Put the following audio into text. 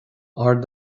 ard